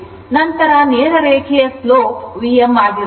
ನಂತರ ನೇರ ರೇಖೆಯ slope Vm ಆಗಿರುತ್ತದೆ